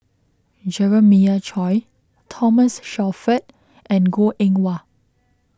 Jeremiah Choy Thomas Shelford and Goh Eng Wah